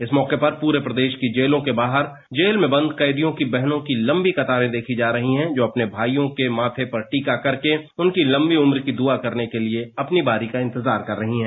इस मौके पर पूरे प्रदेश की जेलों के बाहर जेल में बंद कैदियों की बहनों की लंबी कतारें देखी जा रही हैं जो अपने भाइयों के माथे पर टीका करके उनकी लंबी उम्र की दुआ करने लिए अपनी बारी का इंतजार कर रही हैं